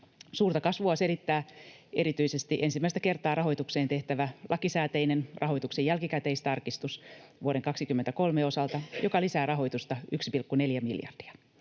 Suurta kasvua selittää erityisesti ensimmäistä kertaa rahoitukseen tehtävä lakisääteinen rahoituksen jälkikäteistarkistus vuoden 23 osalta, joka lisää rahoitusta 1,4 miljardia.